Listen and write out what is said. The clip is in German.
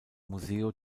museo